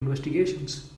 investigations